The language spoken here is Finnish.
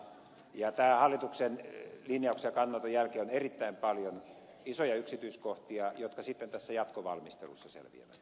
näiden hallituksen linjauksien ja kannanottojen jäljiltä on erittäin paljon isoja yksityiskohtia jotka sitten tässä jatkovalmistelussa selviävät